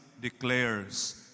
declares